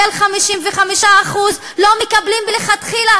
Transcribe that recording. ש-55% מהנוער לא מקבלים מלכתחילה,